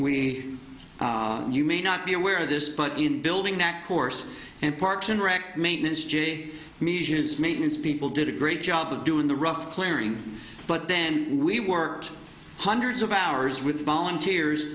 we you may not be aware of this but in building that course and parks and rec maintenance j measures maintenance people did a great job of doing the rough clearing but then we worked hundreds of hours with volunteers